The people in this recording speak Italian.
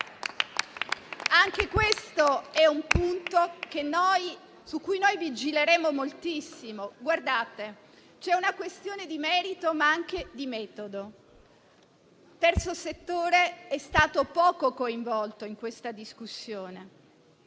Anche questo è un punto su cui noi vigileremo moltissimo. Guardate, c'è una questione di merito ma anche di metodo. Il terzo settore è stato poco coinvolto in questa discussione.